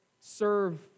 serve